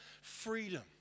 freedom